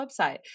website